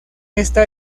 esta